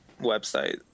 website